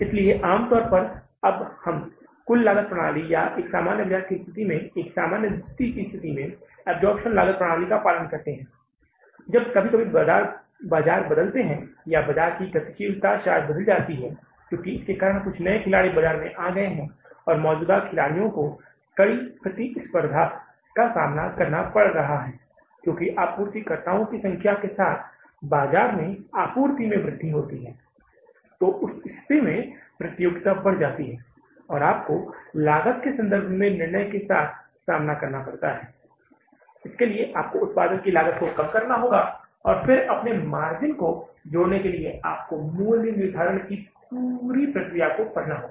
इसलिए आम तौर पर हम कुल लागत प्रणाली या एक सामान्य बाजार की स्थिति में एक सामान्य दृष्टि स्थिति में अब्सॉर्प्शन लागत प्रणाली का पालन करते हैं जब कभी कभी बाजार बदलते हैं या बाजार की गतिशीलता शायद बदल जाती है क्योंकि इसके कारण कुछ नए खिलाड़ी बाजार में आ गए हैं और मौजूदा खिलाड़ियों को कड़ी प्रतिस्पर्धा का सामना करना पड़ रहा है क्योंकि आपूर्तिकर्ताओं की संख्या के साथ बाजार आपूर्ति में वृद्धि होती है तो उस स्थिति में प्रतियोगिता बढ़ती है और आपको लागत के संबंध में निर्णय के साथ सामना करना पड़ता है इसके लिए आपको उत्पादन की लागत को कम करना होगा और फिर अपने मार्जिन को जोड़ने के लिए आपको मूल्य निर्धारण की पूरी प्रक्रिया को पढ़ना होगा